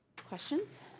questions?